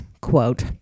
quote